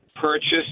purchase